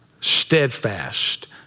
Steadfast